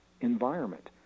environment